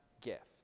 gift